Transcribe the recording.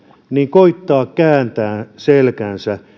koetetaan kääntää selkä